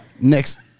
Next